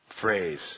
phrase